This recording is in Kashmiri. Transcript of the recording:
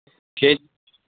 ژےٚ